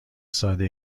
ساده